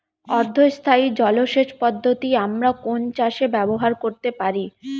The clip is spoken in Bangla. অর্ধ স্থায়ী জলসেচ পদ্ধতি আমরা কোন চাষে ব্যবহার করতে পারি?